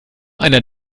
einer